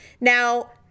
Now